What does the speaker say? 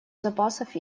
запасов